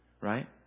Right